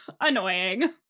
annoying